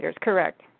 correct